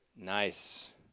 Nice